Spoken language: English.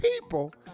people